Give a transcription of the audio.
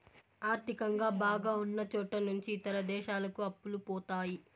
ఆర్థికంగా బాగా ఉన్నచోట నుంచి ఇతర దేశాలకు అప్పులు పోతాయి